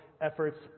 efforts